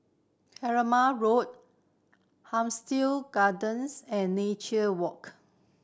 Keramat Road Hampstead Gardens and Nature Walk